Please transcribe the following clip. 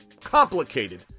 complicated